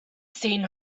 seen